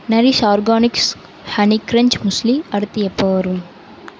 nourish Organics honey crunch muesli அடுத்து எப்போ வரும்